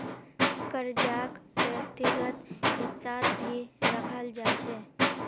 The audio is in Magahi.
कर्जाक व्यक्तिगत हिस्सात भी रखाल जा छे